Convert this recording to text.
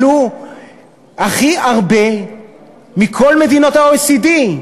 עלו הכי הרבה מבכל מדינות ה-OECD.